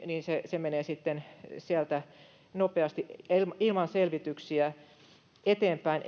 niin se se menee sitten sieltä nopeasti ilman selvityksiä eteenpäin